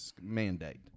mandate